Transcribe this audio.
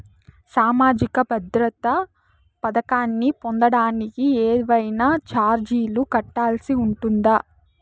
సామాజిక భద్రత పథకాన్ని పొందడానికి ఏవైనా చార్జీలు కట్టాల్సి ఉంటుందా?